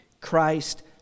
Christ